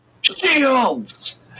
shields